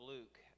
Luke